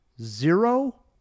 Zero